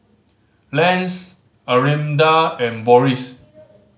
Lance Arminda and Boris